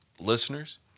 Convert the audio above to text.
listeners